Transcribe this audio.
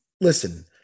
listen